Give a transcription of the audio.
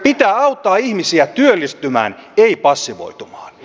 pitää auttaa ihmisiä työllistymään ei passivoitumaan